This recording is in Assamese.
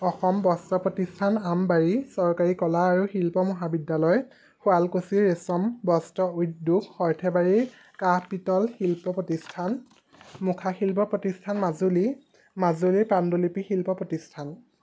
অসম বস্ত্ৰ প্ৰতিষ্ঠান আমবাৰী চৰকাৰী কলা আৰু শিল্প মহাবিদ্যালয় শুৱালকুচি ৰেচম বস্ত্ৰ উদ্যোগ সৰ্থেবাৰী কাঁহ পিতল শিল্প প্ৰতিষ্ঠান মুখাশিল্প প্ৰতিষ্ঠান মাজুলী মাজুলী পাণ্ডুলিপি শিল্প প্ৰতিষ্ঠান